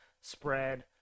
spread